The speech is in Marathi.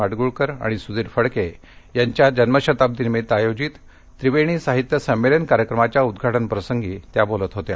माडगूळकर आणि सुधीर फडके यांच्या जन्मशताब्दी निमित्त आयोजित त्रिवेणी साहित्य संमेलन कार्यक्रमाच्या उदघाटन प्रसंगी त्या बोलत होत्या